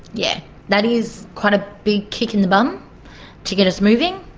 yeah that is quite a big kick in the bum to get us moving.